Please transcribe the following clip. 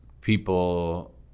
people